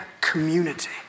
community